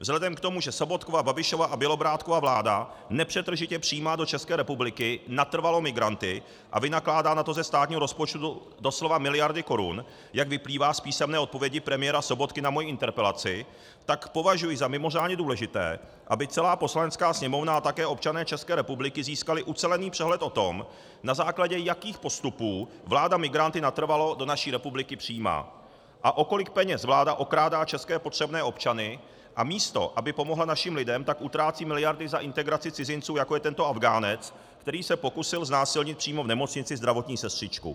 Vzhledem k tomu, že Sobotkova, Babišova a Bělobrádkova vláda nepřetržitě přijímá do České republiky natrvalo migranty a vynakládá na to ze státního rozpočtu doslova miliardy korun, jak vyplývá z písemné odpovědi premiéra Sobotky na moji interpelaci, tak považuji za mimořádně důležité, aby celá Poslanecká sněmovna a také občané České republiky získali ucelený přehled o tom, na základě jakých postupů vláda migranty natrvalo do naší republiky přijímá a o kolik peněz vláda okrádá české potřebné občany, a místo aby pomohla našim lidem, tak utrácí miliardy za integraci cizinců, jako je tento Afghánec, který se pokusil znásilnit přímo v nemocnici zdravotní sestřičku.